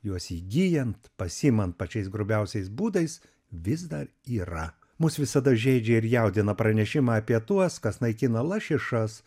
juos įgyjant pasiimant pačiais grubiausiais būdais vis dar yra mus visada žeidžia ir jaudina pranešimai apie tuos kas naikina lašišas